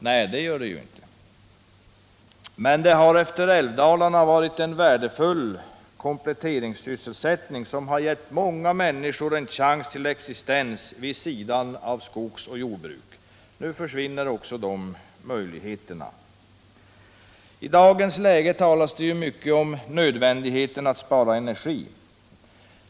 Nej, det gör den inte, men den har i älvdalarna varit en värdefull kompletteringssysselsättning som vid sidan av skogsoch jordbruk har givit många människor en chans till existens. Nu försvinner de möjligheterna. I dagens läge talas det mycket om nödvändigheten av att spara energi.